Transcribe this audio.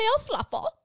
fluffle